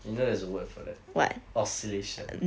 you know there's a word for that oscillation